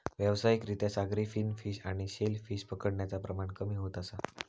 व्यावसायिक रित्या सागरी फिन फिश आणि शेल फिश पकडण्याचा प्रमाण कमी होत असा